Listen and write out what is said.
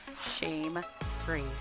shame-free